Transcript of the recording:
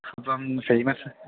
അപ്പം ഫേമസ്